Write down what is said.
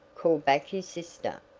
called back his sister,